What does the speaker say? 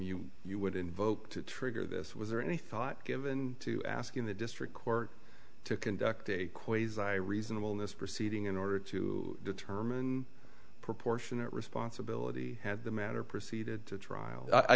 you you would invoke to trigger this was there any thought given to asking the district court to conduct a quasar a reasonable in this proceeding in order to determine proportionate responsibility had the matter proceeded to trial i